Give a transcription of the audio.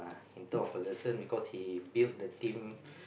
in term of Ferguson because he build the team